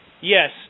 Yes